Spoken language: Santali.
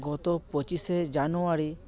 ᱜᱚᱛᱚ ᱯᱚᱸᱪᱤᱥᱮ ᱡᱟᱱᱩᱣᱟᱨᱤ